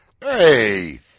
hey